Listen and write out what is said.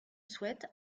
souhaite